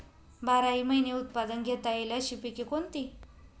बाराही महिने उत्पादन घेता येईल अशी पिके कोणती?